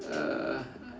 uh